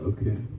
Okay